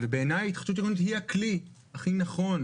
ובעיניי התחדשות עירונית היא הכלי הכי נכון,